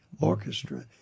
orchestra